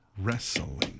Wrestling